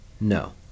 No